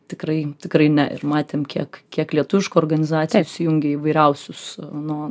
tikrai tikrai ne matėm kiek kiek lietuviškų organizacijų įsijungė į įvairiausius nuo